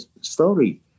story